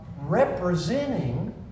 representing